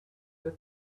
dead